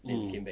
mm